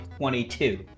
22